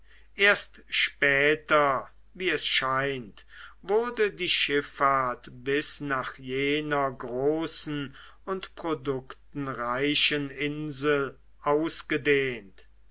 erst später wie es scheint wurde die schiffahrt bis nach jener großen und produktenreichen insel ausgedehnt